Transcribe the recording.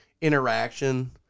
interaction